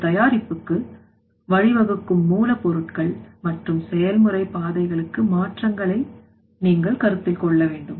ஒரு தயாரிப்புக்கு வழிவகுக்கும் மூலப் பொருட்கள் மற்றும் செயல்முறை பாதைகளுக்கு மாற்றங்களை நீங்கள் கருத்தில் கொள்ள வேண்டும்